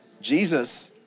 Jesus